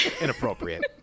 Inappropriate